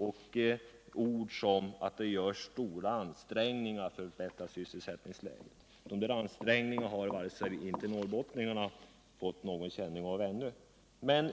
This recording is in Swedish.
Och vad angår påståendet att stora ansträngningar görs för att förbättra sysselsättningsläget så har i varje fall norrbottningarna inte fått någon känning av dem.